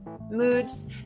moods